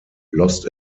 lost